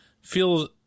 Feels